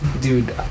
Dude